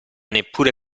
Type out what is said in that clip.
neppure